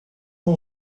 não